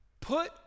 Put